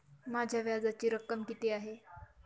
माझ्या व्याजाची रक्कम किती आहे?